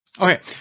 Okay